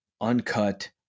uncut